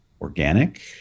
organic